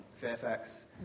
Fairfax